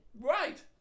Right